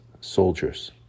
soldiers